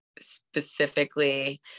specifically